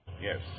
Yes